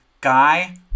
Guy